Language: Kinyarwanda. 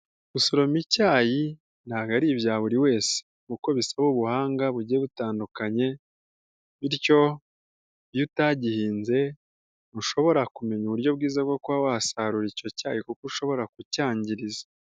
Gusoroma icyayi ntabwo ari ibya buriwe kuko bisaba ubuhanga bugiye butandukanye, bityo iyo utagihinze ntushobora kumenya uburyo bwiza bwo kuba wasarura icyo cyayi kuko ushobora ku cyangiriza.